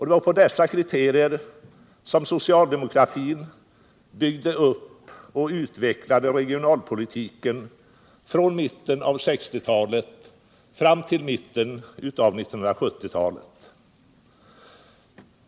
Det var på dessa kriterier som socialdemokratin byggde upp och utvecklade regionalpolitiken från mitten av 1960-talet fram till mitten av 1970-talet.